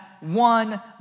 one